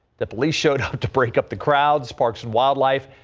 the police showed up to break up the crowds parks and wildlife.